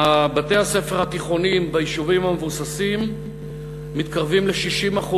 בבתי-הספר התיכוניים ביישובים המבוססים מתקרבים ל-60%.